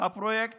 הפרויקט